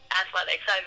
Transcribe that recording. athletics